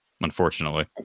unfortunately